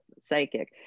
psychic